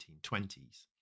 1920s